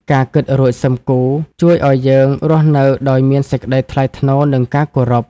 ការ «គិតរួច សឹមគូរ» ជួយឱ្យយើងរស់នៅដោយមានសេចក្ដីថ្លៃថ្នូរ និងការគោរព។